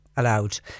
allowed